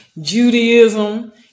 Judaism